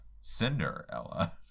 cinderella